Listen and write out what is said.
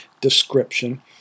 description